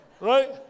right